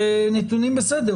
זה נתונים בסדר,